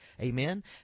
Amen